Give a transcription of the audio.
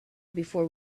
before